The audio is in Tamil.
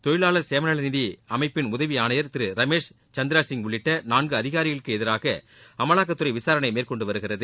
தொழிலாளர் சேமநல நிதி அமைப்பின் உதவி ஆணையர் திரு ரமேஷ் சந்திரா சிங் உள்ளிட்ட நான்கு அதிகாரிகளுக்கு எதிராக அமலாக்கத்துறை விசாரணை மேற்கொண்டு வருகிறது